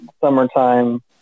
summertime